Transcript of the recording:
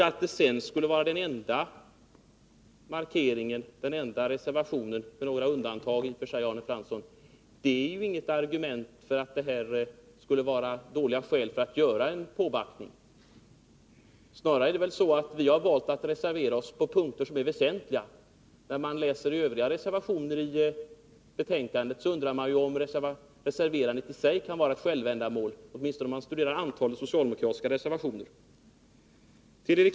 Att den berörda reservationen upptar det enda förslaget från moderaterna att höja ett belopp på detta område är inget argument för att det skulle vara obefogat att göra en uppjustering. Snarare är det så att vi har valt att reservera oss på punkter som är väsentliga. När man läser övriga reservationer i betänkandet undrar man om reserverandet i sig kan vara ett självändamål. Man får åtminstone den uppfattningen när man studerar antalet socialdemokratiska reservationer.